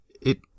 It